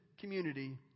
community